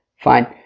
fine